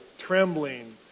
trembling